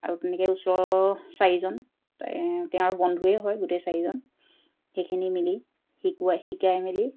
আৰু তেনেকৈ ওচৰৰ চাৰিজন তে তেওঁৰ বন্ধুৱে হয় গোটেই চাৰিজন সেইখিনি মিলি শিকোৱা শিকাই মেলি